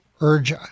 urge